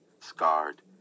scarred